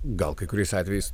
gal kai kuriais atvejais